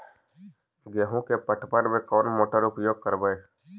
गेंहू के पटवन में कौन मोटर उपयोग करवय?